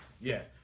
Yes